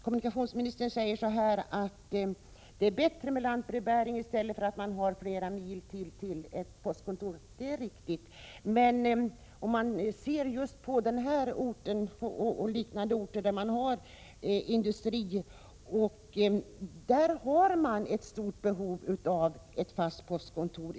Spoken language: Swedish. Kommunikationsministern säger att det är bättre med lantbrevbäring än att ha flera mil till ett postkontor. Det är riktigt, men just på den nämnda orten och liknande orter, där det finns industriföretag, har man ett stort behov av ett fast postkontor.